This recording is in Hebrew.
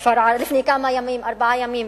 בכפר עארה לפני ארבעה ימים.